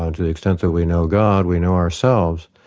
um to the extent that we know god we know ourselves.